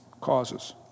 causes